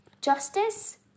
justice